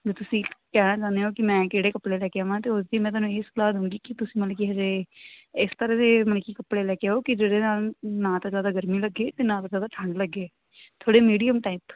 ਜੇ ਤੁਸੀਂ ਕਿਆ ਲਾਉਂਦੇ ਹੋ ਕਿ ਮੈਂ ਕਿਹੜੇ ਕੱਪੜੇ ਲੈ ਕੇ ਆਵਾਂ ਤਾਂ ਉਸ ਲਈ ਮੈਂ ਤੁਹਾਨੂੰ ਇਹੀ ਸਲਾਹ ਦਊਂਗੀ ਕਿ ਤੁਸੀਂ ਮਤਲਬ ਕਿ ਅਜੇ ਇਸ ਤਰ੍ਹਾਂ ਦੇ ਮਤਲਬ ਕਿ ਕੱਪੜੇ ਲੈ ਕੇ ਆਓ ਕਿ ਜਿਹਦੇ ਨਾਲ ਨਾ ਤਾਂ ਜ਼ਿਆਦਾ ਗਰਮੀ ਲੱਗੇ ਅਤੇ ਨਾ ਤਾਂ ਜ਼ਿਆਦਾ ਠੰਡ ਲੱਗੇ ਥੋੜ੍ਹੇ ਮੀਡੀਅਮ ਟਾਈਪ